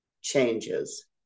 changes